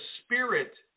spirit